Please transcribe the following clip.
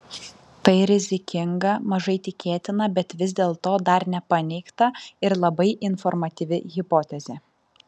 tai rizikinga mažai tikėtina bet vis dėlto dar nepaneigta ir labai informatyvi hipotezė